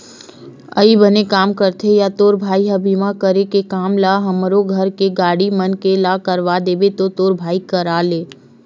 अई बने काम करथे या तोर भाई ह बीमा करे के काम ल हमरो घर के गाड़ी मन के ला करवा देबे तो तोर भाई करा ले